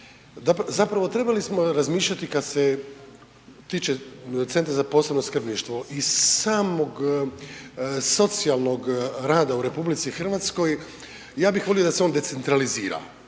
zapravo trebali smo razmišljati kad se tiče Centra za posebno skrbništvo i samog socijalnog rada u RH, ja bih volio da se on decentralizira.